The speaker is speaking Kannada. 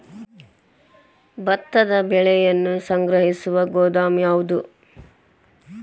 ಭತ್ತದ ಬೆಳೆಯನ್ನು ಸಂಗ್ರಹಿಸುವ ಗೋದಾಮು ಯಾವದು?